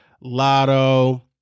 Lotto